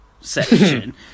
section